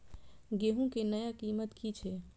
गेहूं के नया कीमत की छे?